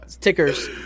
tickers